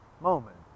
moment